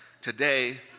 today